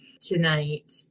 tonight